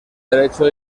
derecho